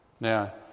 Now